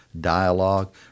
dialogue